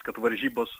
kad varžybos